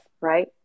right